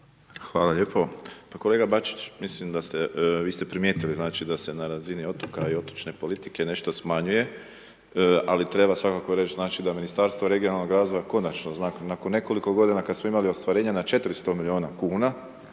Hvala lijepo. Pa kolega Bačić, mislim da ste, vi ste primijetili znači da se na razini otoka i otočne politike nešto smanjuje ali treba svakako reći da Ministarstvo regionalnog razvoja konačno zna nakon nekoliko godina kad smo imali ostvarenje na 400 milijuna kuna,